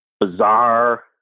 bizarre